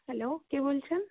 hello কে বলছেন